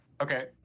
okay